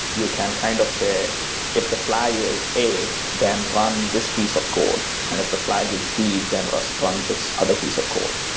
you can kind of say if the flag is a, then run this piece of code. and if the flag is b, then run run this other piece of code.